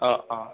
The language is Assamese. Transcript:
অঁ অঁ